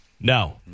No